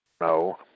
no